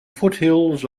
foothills